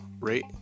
rate